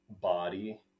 body